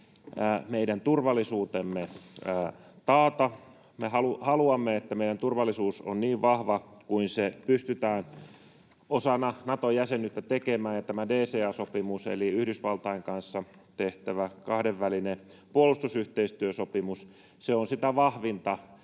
meidän turvallisuutemme taata. Me haluamme, että meidän turvallisuus on niin vahva kuin pystytään osana Nato-jäsenyyttä tekemään, ja tämä DCA-sopimus eli Yhdysvaltain kanssa tehtävä kahdenvälinen puolustusyhteistyösopimus on sitä vahvinta,